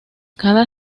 cada